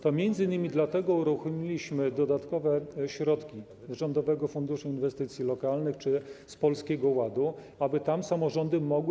To m.in. dlatego uruchomiliśmy dodatkowe środki z Rządowego Funduszu Inwestycji Lokalnych czy z Polskiego Ładu, aby tam samorządy mogły.